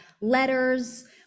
letters